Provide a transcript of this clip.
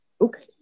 okay